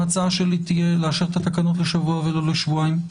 ההצעה שלי תהיה לאשר את התקנות לשבוע ולא לשבועיים.